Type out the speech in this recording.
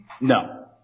No